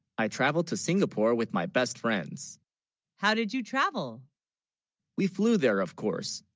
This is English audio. i? travelled to singapore with, my best friends how, did you travel we flew there of course,